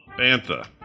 bantha